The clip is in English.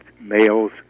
males